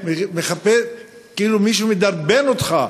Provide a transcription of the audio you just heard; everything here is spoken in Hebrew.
כאילו מישהו מדרבן אותך,